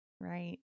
right